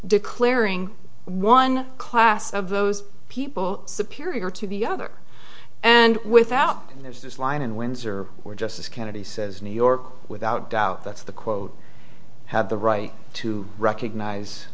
declaring one class of those people superior to the other and without there's this line in windsor were justice kennedy says new york without doubt that's the quote have the right to recognize